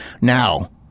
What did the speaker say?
Now